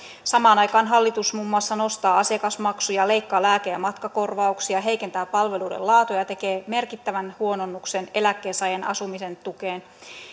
samaan aikaan hallitus muun muassa nostaa asiakasmaksuja leikkaa lääke ja matkakorvauksia heikentää palveluiden laatua ja tekee merkittävän huononnuksen eläkkeensaajan asumisen tukeen